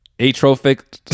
atrophic